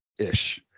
ish